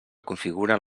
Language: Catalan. configuren